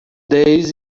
days